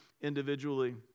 individually